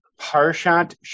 Parshat